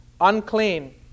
unclean